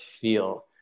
feel